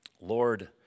Lord